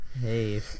hey